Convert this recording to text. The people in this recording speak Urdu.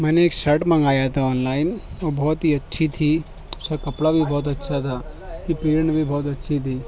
میں نے ایک شرٹ منگایا تھا آن لائن وہ بہت ہی اچھی تھی اس کا کپڑا بھی بہت اچھا تھا اس کی پرنٹ بھی بہت اچھی تھی